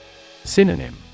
Synonym